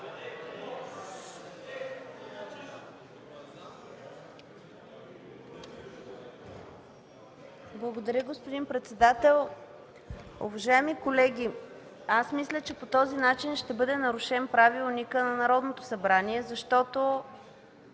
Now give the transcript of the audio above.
Благодаря, господин председател. Уважаеми колеги, аз мисля, че по този начин ще бъде нарушен правилникът на Народното събрание, защото